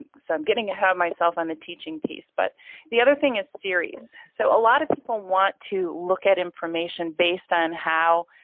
ah so i'm getting ahead of myself on the teaching piece. but the other thing is series. so a lot of people want to look at information based on how,